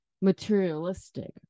materialistic